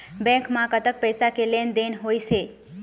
Bank म कतक पैसा के लेन देन होइस हे?